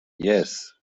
yes